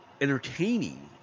entertaining